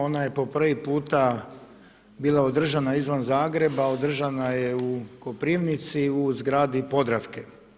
Ona je po prvi puta bila održana izvan Zagreba, održana je u Koprivnici, u zgradi Podravke.